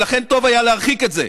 ולכן טוב היה להרחיק את זה.